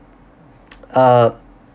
uh